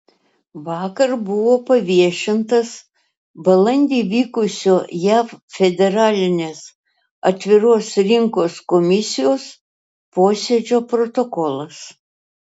vakar buvo paviešintas balandį vykusio jav federalinės atviros rinkos komisijos posėdžio protokolas